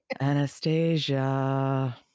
Anastasia